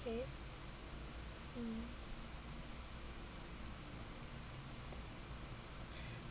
okay mm